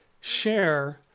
share